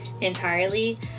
entirely